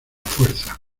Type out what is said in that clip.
fuerza